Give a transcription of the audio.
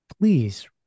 please